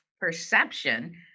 perception